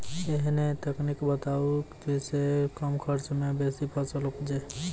ऐहन तकनीक बताऊ जै सऽ कम खर्च मे बेसी फसल उपजे?